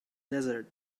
desert